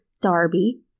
Darby